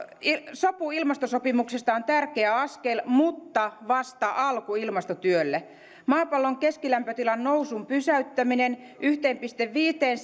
sopu ilmastosopimuksesta on tärkeä askel mutta vasta alku ilmastotyölle maapallon keskilämpötilan nousun pysäyttäminen yhteen pilkku viiteen